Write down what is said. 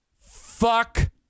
Fuck